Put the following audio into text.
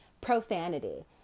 profanity